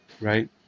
right